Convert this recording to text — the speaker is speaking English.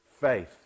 faith